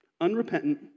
unrepentant